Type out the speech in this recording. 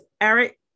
Eric